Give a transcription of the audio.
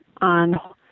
on